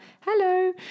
Hello